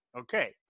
Okay